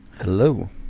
Hello